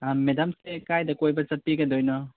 ꯑꯥ ꯃꯦꯗꯥꯝꯁꯦ ꯀꯥꯏꯗ ꯀꯣꯏꯕ ꯆꯠꯄꯤꯒꯗꯣꯏꯅꯣ